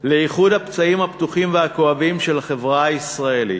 לאחד הפצעים הפתוחים והכואבים של החברה הישראלית.